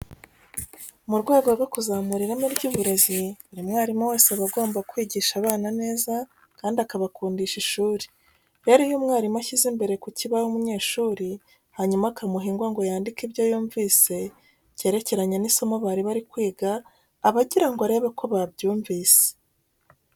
Mu rwego rwo kuzamura ireme ry'uburezi, buri mwarimu wese aba agomba kwigisha abana neza kandi akabakundisha ishuri. Rero iyo umwarimu ashyize imbere ku kibaho umunyeshuri, hanyuma akamuha ingwa ngo yandike ibyo yumvise byerekeranye n'isomo bari bari kwiga, aba agira ngo arebe ko babyumvise.